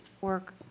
Work